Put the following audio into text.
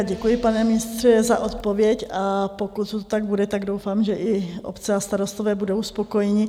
Děkuji, pane ministře, za odpověď, a pokud to tak bude, doufám, že i obce a starostové budou spokojeni.